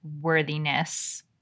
worthiness